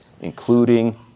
including